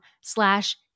slash